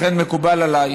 לכן, מקובל עליי